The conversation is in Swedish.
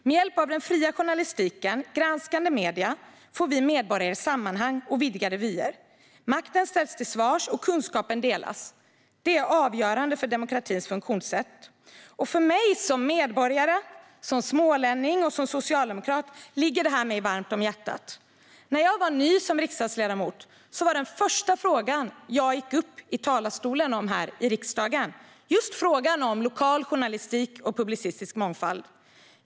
Med hjälp av den fria journalistiken och granskande medier får vi medborgare sammanhang och vidgade vyer. Makten ställs till svars, och kunskapen delas. Det är avgörande för demokratins funktionssätt. För mig som medborgare, smålänning och socialdemokrat ligger detta mig varmt om hjärtat. När jag var ny som riksdagsledamot var den första frågan jag gick upp i talarstolen om här i riksdagen just frågan om lokal journalistik och publicistisk mångfald.